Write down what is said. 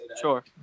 Sure